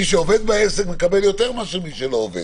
מי שעובד בעסק מקבל יותר מאשר מי שלא עובד.